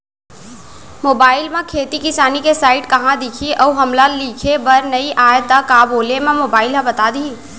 Mobile म खेती किसानी के साइट कहाँ दिखही अऊ हमला लिखेबर नई आय त का बोले म मोबाइल ह बता दिही?